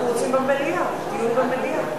אנחנו רוצים במליאה, דיון במליאה.